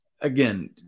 again